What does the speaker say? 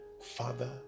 Father